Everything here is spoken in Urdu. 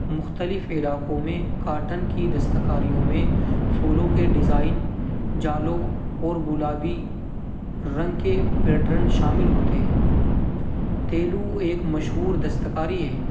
مختلف علاقوں میں کاٹن کی دستکاریوں میں پھولوں کے ڈیزائن جالوں اور گلابی رنگ کے پیٹرن شامل ہوتے ہیں تیلو ایک مشہور دستکاری ہے